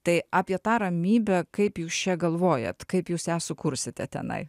tai apie tą ramybę kaip jūs čia galvojat kaip jūs ją sukursite tenai